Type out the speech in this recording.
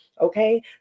okay